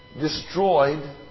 destroyed